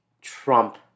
Trump